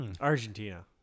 Argentina